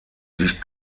dicht